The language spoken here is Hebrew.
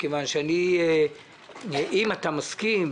מכיוון שאם אתה מסכים,